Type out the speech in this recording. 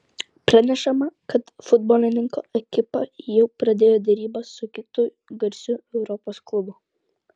pranešama kad futbolininko ekipa jau pradėjo derybas su kitu garsiu europos klubu